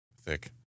thick